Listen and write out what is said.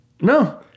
No